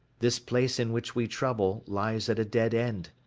this place in which we trouble lies at a dead end.